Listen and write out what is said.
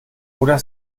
oder